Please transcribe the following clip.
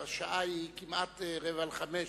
השעה היא כמעט רבע לחמש,